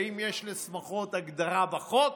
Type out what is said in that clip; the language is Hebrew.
האם יש לשמחות הגדרה בחוק?